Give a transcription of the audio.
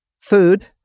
food